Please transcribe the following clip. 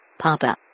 Papa